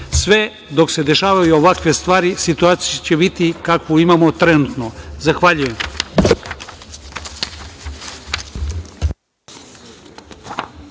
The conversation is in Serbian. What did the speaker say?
Sve dok se dešavaju ovakve stvari situacija će biti kakvu imamo trenutno. Zahvaljujem.